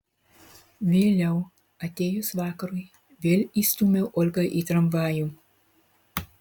vėliau atėjus vakarui vėl įstūmiau olgą į tramvajų